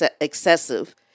excessive